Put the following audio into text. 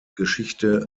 geschichte